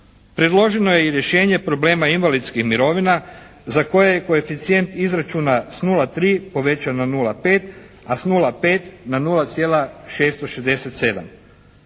Predloženo je i rješenje problema imovinskih mirovina za koje je koeficijent izračuna s 0,3 povećan na 0,5 a s 0,5 na 0,667.